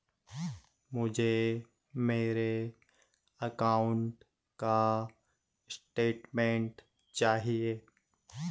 मुझे मेरे अकाउंट का स्टेटमेंट चाहिए?